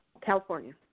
California